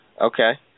Okay